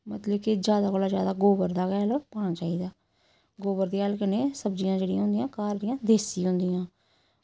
मतलब कि ज्यादा कोला ज्यादा गोबर दा गै हैल पाना चाहिदा गोबर दे हैल कन्नै सब्ज़ियां जेह्ड़ियां होंदियां घर दियां देसी होंदियां